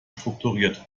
strukturiert